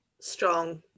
Strong